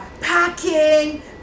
packing